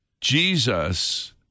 Jesus